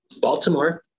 Baltimore